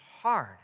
hard